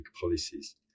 policies